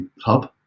hub